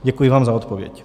Děkuji vám za odpověď.